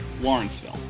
Lawrenceville